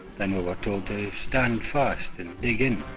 then we were told to stand fast, and dig in.